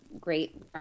great